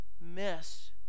miss